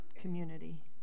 community